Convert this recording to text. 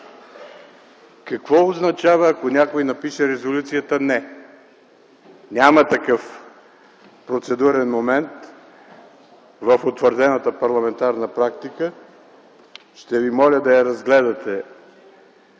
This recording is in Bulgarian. Какво означава, ако някой напише резолюцията, „не”? Няма такъв процедурен момент в утвърдената парламентарна практика. Ще Ви моля да я разгледате